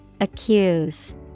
Accuse